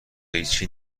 قیچی